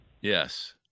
Yes